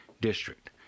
district